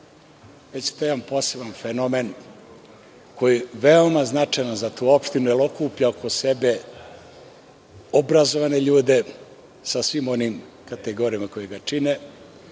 već to je jedan poseban fenomen koji je veoma značajan za tu opštinu, jer okuplja oko sebe obrazovane ljude sa svim onim kategorijama koje ga čine.